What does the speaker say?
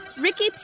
Ricky